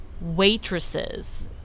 waitresses